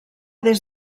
des